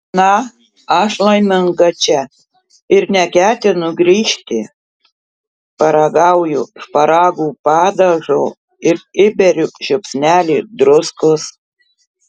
na aš laiminga čia ir neketinu grįžti paragauju šparagų padažo ir įberiu žiupsnelį druskos